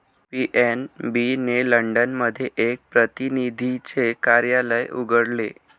PNB ने London मध्ये एक प्रतिनिधीचे कार्यालय उघडले